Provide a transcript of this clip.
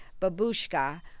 Babushka